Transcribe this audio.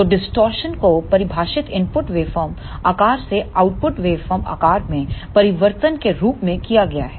तो डिस्टॉर्शन को परिभाषित इनपुट वेवफॉर्म आकार से आउटपुट वेवफॉर्म आकार में परिवर्तन के रूप में किया गया है